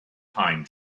pine